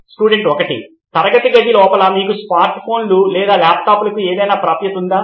student 1 తరగతి గది లోపల మీకు స్మార్ట్ఫోన్లు లేదా ల్యాప్టాప్లకు ఎలాంటి ప్రాప్యత ఉందా